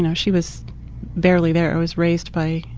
and she was barely there. i was raised by,